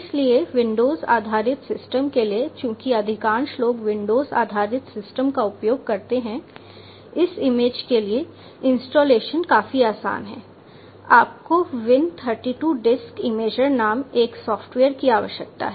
इसलिए विंडोज़ आधारित सिस्टम के लिए चूंकि अधिकांश लोग विंडोज़ आधारित सिस्टम का उपयोग करते हैं इस इमेज के लिए इंस्टॉलेशन काफी आसान है आपको Win32 डिस्क इमेजर नामक एक सॉफ्टवेयर की आवश्यकता है